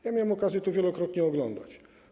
Ja miałem okazję to wielokrotnie oglądać.